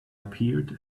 appeared